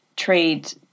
trade